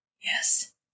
Yes